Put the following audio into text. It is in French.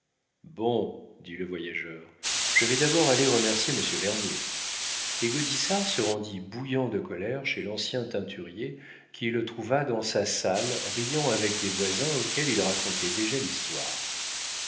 bon dit le voyageur je vais d'abord aller remercier monsieur vernier et gaudissart se rendit bouillant de colère chez l'ancien teinturier qu'il trouva dans sa salle riant avec des voisins auxquels il racontait déjà l'histoire